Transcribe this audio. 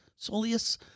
soleus